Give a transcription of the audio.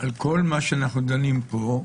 --- על כל מה שאנחנו דנים פה,